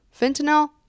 Fentanyl